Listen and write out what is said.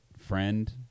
friend